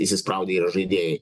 įsispraudę yra žaidėjai